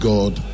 God